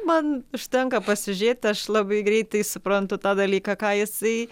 man užtenka pasižiūrėt aš labai greitai suprantu tą dalyką ką jisai